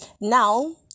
now